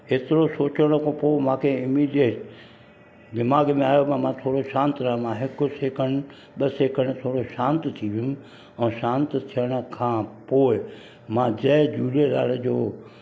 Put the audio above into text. एतिरो सोचो त पोइ मूंखे इमिडिएट दीमाग़ु में आयो बई मां थोरो शांति रहंदा हिकु सेकंड ॿ सेकंड थोरो शांति थी वियुमि ऐं शांति थियण खां पोइ मां जय झूलेलाल जो